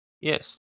Yes